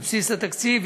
בבסיס התקציב,